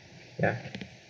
ya